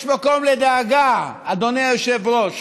יש מקום לדאגה, אדוני היושב-ראש.